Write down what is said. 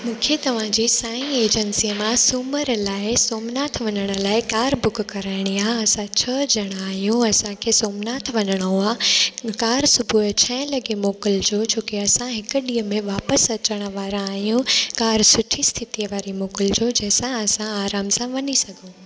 मूंखे तव्हांजे साईं एजंसीअ मां सूमर लाइ सोमनाथ वञण लाइ कार बुक कराइणी आहे असां छह ॼणा आहियूं असांखे सोमनाथ वञिणो आहे ऐं कार सुबुह जो छह लॻे मोकिलिजो छोकी असां हिकु ॾींहं में वापसि अचण वारा आहियूं कार सुठी स्थितीअ वारी मोकिलिजो जंहिंसां असां आराम सां वञी सघूं